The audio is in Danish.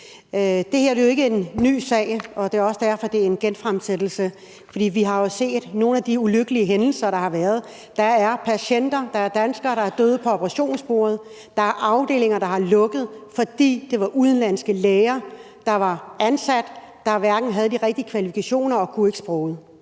Det her er jo ikke en ny sag, og det er også derfor, det er en genfremsættelse. For vi har jo set nogle ulykkelige hændelser. Der er danske patienter, der er døde på operationsbordet; der er afdelinger, der er lukket, fordi det var udenlandske læger, der var ansat, der hverken havde de rigtige kvalifikationer eller kunne sproget.